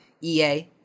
EA